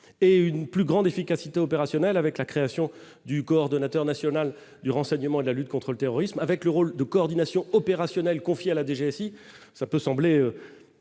et une plus grande efficacité opérationnelle avec la création du coordonnateur national du renseignement et la lutte contre le terrorisme, avec le rôle de coordination opérationnelle, confie à la DGA, si cela peut sembler